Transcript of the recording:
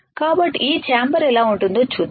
కాబట్టి ఈ ఛాంబర్ ఎలా ఉంటుందో చూద్దాం